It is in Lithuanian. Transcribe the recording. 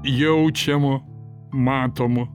jaučiamo matomo